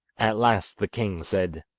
at last the king said